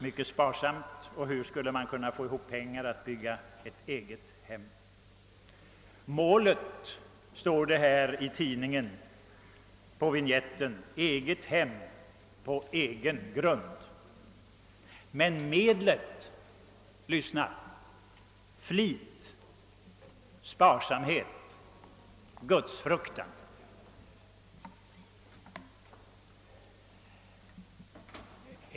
Det var knappt, och hur skulle man få ihop pengar till eit eget hem? I denna vinjett står det att målet är »Eget hem på egen grund». Medlet är — lyssna: »Flit, sparsamhet, gudsfruktan».